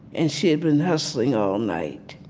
and she had been hustling all night.